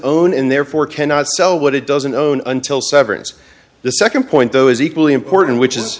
own and therefore cannot sell what it doesn't own until severance the second point though is equally important which is